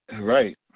right